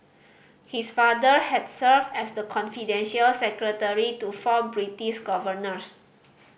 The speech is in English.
his father had served as the confidential secretary to four British governors